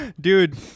Dude